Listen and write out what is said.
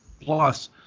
Plus